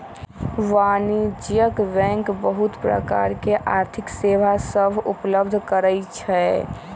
वाणिज्यिक बैंक बहुत प्रकार के आर्थिक सेवा सभ उपलब्ध करइ छै